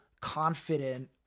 confident